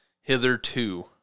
Hitherto